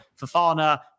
Fafana